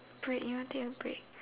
break you want take a break